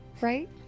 right